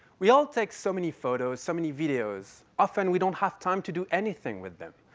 we all take so many photos, so many videos. often we don't have time to do anything with them.